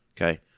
Okay